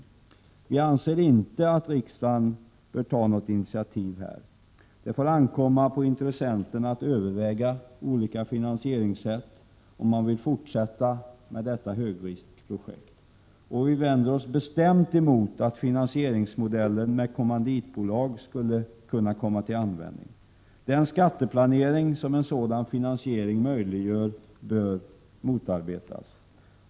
Vi socialdemokrater anser inte att riksdagen bör ta något initiativ i denna fråga. Det bör ankomma på intressenterna att överväga olika finansieringssätt om de vill fortsätta detta högriskprojekt. Vi vänder oss bestämt mot finansiering genom kommanditbolag. Man bör motarbeta den skatteplanering som en sådan finansiering möjliggör.